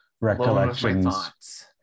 Recollections